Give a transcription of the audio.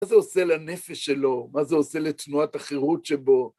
מה זה עושה לנפש שלו? מה זה עושה לתנועת החירות שבו?